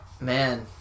man